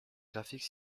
graphique